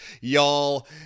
y'all